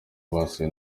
basuwe